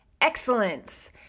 Excellence